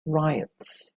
riots